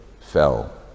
fell